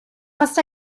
must